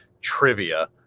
trivia